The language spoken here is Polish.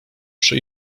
przy